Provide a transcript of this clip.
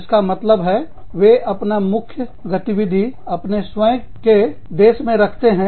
जिसका मतलब है वे अपना मुख्य गतिविधि अपने स्वयं के संगठन देश में रखते हैं